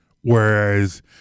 whereas